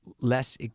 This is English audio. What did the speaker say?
Less